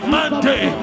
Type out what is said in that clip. Monday